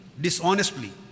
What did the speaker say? dishonestly